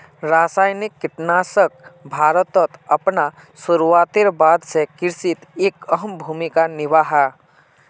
रासायनिक कीटनाशक भारतोत अपना शुरुआतेर बाद से कृषित एक अहम भूमिका निभा हा